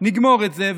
נגמור את זה,